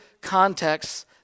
contexts